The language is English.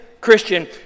Christian